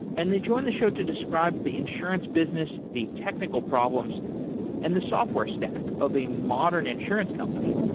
and they joined the show to describe the insurance business, the technical problems and the software stack of a modern insurance company.